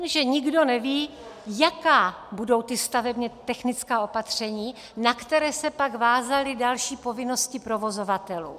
Jenže nikdo neví, jaká budou ta stavebně technická opatření, na která se pak vázaly další povinnosti provozovatelů.